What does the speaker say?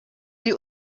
sie